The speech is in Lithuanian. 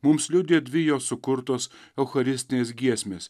mums liudija dvi jo sukurtos eucharistinės giesmės